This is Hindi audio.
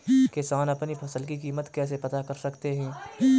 किसान अपनी फसल की कीमत कैसे पता कर सकते हैं?